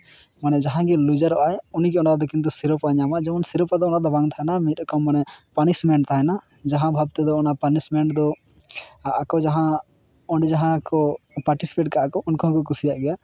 ᱢᱟᱱᱮ ᱡᱟᱦᱟᱸᱭ ᱜᱮ ᱞᱩᱡᱟᱨᱚᱜᱼᱟᱭ ᱩᱱᱤ ᱜᱮ ᱚᱱᱟ ᱨᱮᱫᱚ ᱠᱤᱱᱛᱩ ᱥᱤᱨᱳᱯᱟ ᱧᱟᱢᱟᱭ ᱡᱮᱢᱚᱱ ᱥᱤᱨᱳᱯᱟ ᱫᱚ ᱚᱱᱟ ᱫᱚ ᱵᱟᱝ ᱛᱟᱦᱮᱱᱟ ᱚᱱᱟ ᱢᱤᱫ ᱨᱚᱠᱚᱢ ᱢᱟᱱᱮ ᱯᱟᱱᱤᱥᱢᱮᱱᱴ ᱛᱟᱦᱮᱱᱟ ᱡᱟᱦᱟᱸ ᱵᱷᱟᱵ ᱛᱮᱫᱚ ᱚᱱᱟ ᱯᱟᱱᱤᱥᱢᱮᱱᱴ ᱫᱚ ᱟᱠᱚ ᱡᱟᱦᱟᱸ ᱚᱸᱰᱮ ᱡᱟᱦᱟᱸᱠᱚ ᱯᱟᱴᱤᱥᱤᱯᱮᱴ ᱠᱟᱜᱼᱟ ᱠᱚ ᱩᱱᱠᱩ ᱦᱚᱸᱠᱚ ᱠᱩᱥᱤᱭᱟᱜ ᱜᱮᱭᱟ